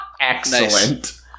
excellent